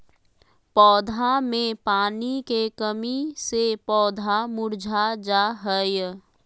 पौधा मे पानी के कमी से पौधा मुरझा जा हय